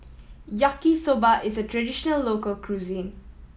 Yaki Soba is a traditional local cuisine